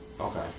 Okay